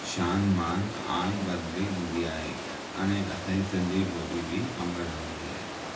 शान मान आन बदली ईंदी आहे हाणे असां जी सिंधी ॿोली बि अमर रहंदी आहे